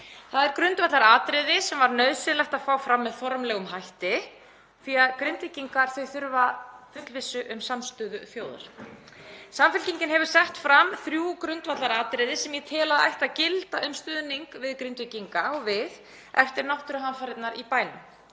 Það er grundvallaratriði sem var nauðsynlegt að fá fram með formlegum hætti því að Grindvíkingar þurfa fullvissu um samstöðu þjóðar. Samfylkingin hefur sett fram þrjú grundvallaratriði sem við teljum að ættu að gilda um stuðning við Grindvíkinga eftir náttúruhamfarirnar í bænum.